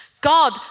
God